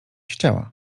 chciała